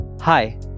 Hi